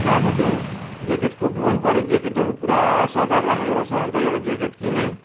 गएको थिएँ ज्याकेट खुब मनपर्यो ज्याकेटहरू पुरा सजाएर राखेको रहेछ अन्त एउटा ज्याकेट किनेँ